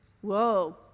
Whoa